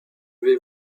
vais